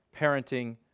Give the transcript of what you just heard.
parenting